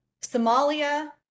Somalia